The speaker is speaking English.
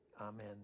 Amen